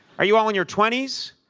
are you all in your twenties?